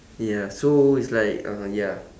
ya so it's like uh ya